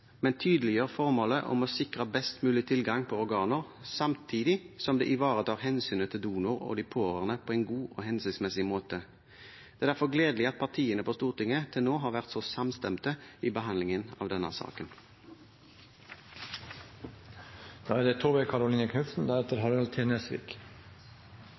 men tydeliggjør formålet om å sikre best mulig tilgang på organer, samtidig som det ivaretar hensynet til donor og de pårørende på en god og hensiktsmessig måte. Det er derfor gledelig at partiene på Stortinget til nå har vært så samstemte i behandlingen av denne saken.